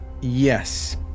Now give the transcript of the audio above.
Yes